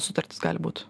sutartis gali būt